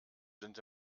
sind